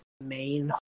main